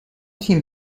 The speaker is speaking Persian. تیم